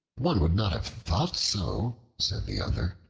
one would not have thought so, said the other,